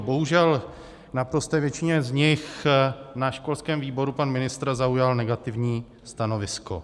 Bohužel k naprosté většině z nich na školském výboru pan ministr zaujal negativní stanovisko.